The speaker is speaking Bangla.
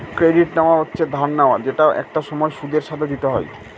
ক্রেডিট নেওয়া হচ্ছে ধার নেওয়া যেটা একটা সময় সুদের সাথে দিতে হয়